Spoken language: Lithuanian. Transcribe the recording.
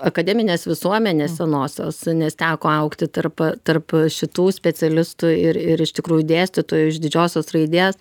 akademinės visuomenės senosios nes teko augti tarp tarp šitų specialistų ir ir iš tikrųjų dėstytojų iš didžiosios raidės